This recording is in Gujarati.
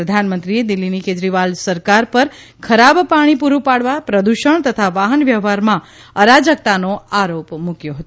પ્રધાનમંત્રીએ દિલ્હીની કેજરીવાલ સરકાર પર ખરાબ પાણી પુરૂ પાડવા પ્રદુષણ તથા વાહન વ્યવહારમાં અરાજકતાનો આરોપ મુકયો હતો